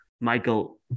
Michael